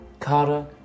Kara